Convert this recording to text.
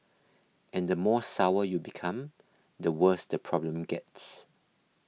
and the more sour you become the worse the problem gets